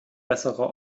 besserer